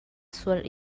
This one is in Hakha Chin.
sual